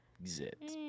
Exit